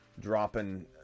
dropping